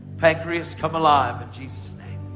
pancreas, come alive in jesus'